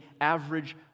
average